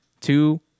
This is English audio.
two